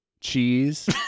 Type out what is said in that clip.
Cheese